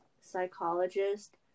psychologist